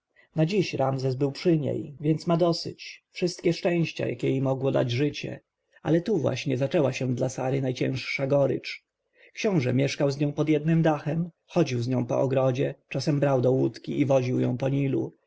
na dziś ramzes był przy niej więc ma dosyć wszystkie szczęścia jakie jej mogło dać życie ale tu właśnie zaczęła się dla sary najcięższa gorycz książę mieszkał z nią pod jednym dachem chodził z nią po ogrodzie czasem brał do łódki i woził ją po